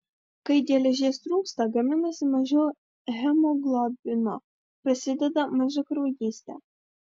kai geležies trūksta gaminasi mažiau hemoglobino prasideda mažakraujystė